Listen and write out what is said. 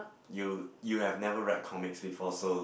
you you have never read comics before so